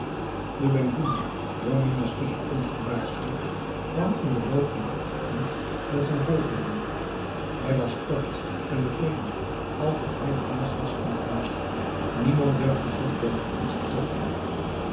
penghoeloe door minah's tusschenkomst gewaarschuwd kwam in den loop van den ochtend met zijn volgelingen hij was kort en bevelend alsof hij de baas was in het huis niemand durfde zich tegen iets verzetten